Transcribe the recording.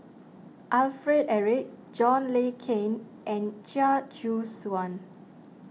Alfred Eric John Le Cain and Chia Choo Suan